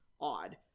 odd